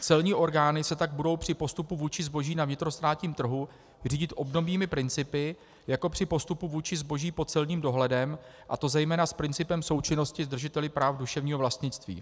Celní orgány se tak budou při postupu vůči zboží na vnitrostátním trhu řídit obdobnými principy jako při postupu vůči zboží pod celním dohledem, a to zejména s principem součinnosti s držiteli práv duševního vlastnictví.